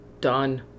Done